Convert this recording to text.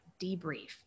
debrief